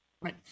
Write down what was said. Right